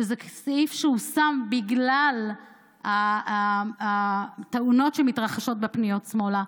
שזה סעיף שהושם בגלל התאונות שמתרחשות בפניות שמאלה,